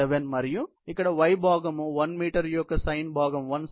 867 మరియు ఇక్కడ y భాగం 1 మీటర్ యొక్క సైన్ భాగం 1 sin 30 అవుతుంది ఇది సుమారు 0